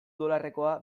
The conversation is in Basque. dolarrekoa